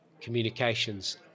communications